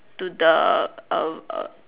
to the um err